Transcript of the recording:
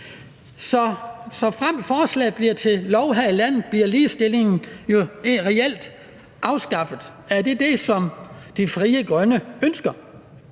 forslaget bliver til lov her i landet, bliver ligestillingen jo reelt helt afskaffet. Er det det, som Frie Grønne ønsker?